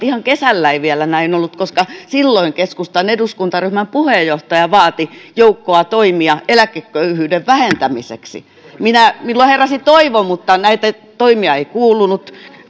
ihan kesällä ei vielä näin ollut koska silloin keskustan eduskuntaryhmän puheenjohtaja vaati joukkoa toimia eläkeköyhyyden vähentämiseksi minulla heräsi toivo mutta näitä toimia ei kuulunut